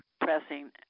pressing